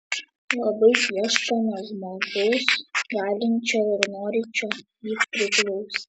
labai ieškome žmogaus galinčio ir norinčio jį priglausti